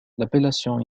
l’appellation